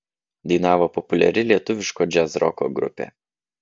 dainavo populiari lietuviško džiazroko grupė